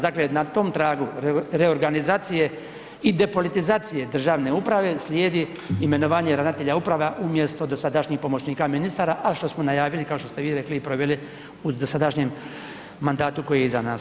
Dakle, na tom tragu reorganizacije i depolitizacije državne uprave slijedi imenovanje ravnatelja uprava umjesto dosadašnjih pomoćnika ministara, a kao što smo najavili kao što ste vi rekli i proveli u dosadašnjem mandatu koji je iza nas.